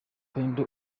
upendo